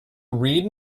read